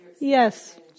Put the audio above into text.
Yes